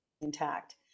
intact